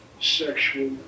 sexual